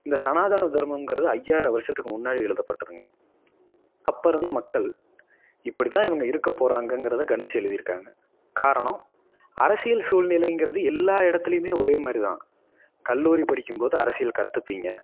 இந்த சனாதன தர்மம்கிறது ஐயாயிர வருஷத்துக்கு முன்னாடி எழுதப்பட்டதுங்க அப்போ இருந்த மக்கள் இப்படிதான் இவங்க இருக்க போகிறாங்கங்கறத கணித்து எழுதியிருக்காங்க காரணம் அரசியல் சூழ்நிலைங்கிறது எல்லா இடத்துலையுமே ஒரே மாதிரிதான் கல்லூரி படிக்கும்போது அரசியல் கற்றுப்பீங்க